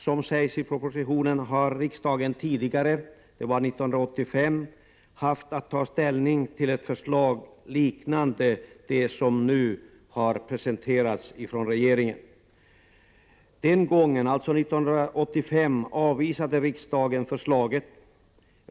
Som sägs i propositionen har riksdagen tidigare, 1985, haft att ta ställning till ett förslag liknande det som nu har presenterats av regeringen. Den gången avvisade riksdagen förslaget.